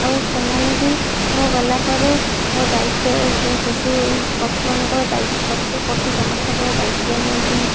ଆଉ ସେମାନେ ବି ମୁଁ ଗଲା ପରେ ମୋ ଦାୟିତ୍ୱରେ ପଶୁ ପଶୁମାନଙ୍କର ଦାୟିତ୍ୱ ପଶୁପକ୍ଷୀ ସମସ୍ତଙ୍କର ଦାୟିତ୍ୱ ନିଅନ୍ତି